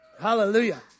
Hallelujah